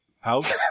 House